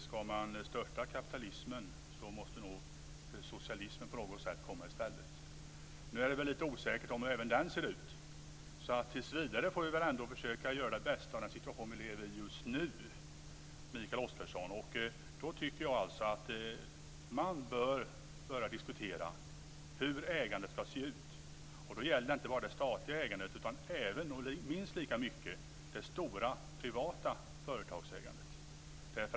Ska man störta kapitalismen måste nog socialismen på något sätt komma i stället. Nu är det väl lite osäkert även hur den ser ut. Tillsvidare får vi väl ändå försöka göra det bästa av den situation vi lever i just nu, Mikael Oscarsson. Jag tycker att man bör börja diskutera hur ägandet ska se ut. Det gäller inte bara det statliga ägandet utan minst lika mycket det stora privata företagsägandet.